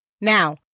Now